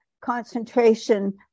concentration